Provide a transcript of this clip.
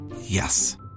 Yes